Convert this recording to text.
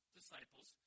disciples